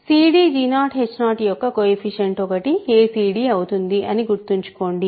cdg0h0 యొక్క coefficient ఒకటి acd అవుతుంది అని గుర్తుంచుకోండి